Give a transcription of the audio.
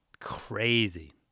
crazy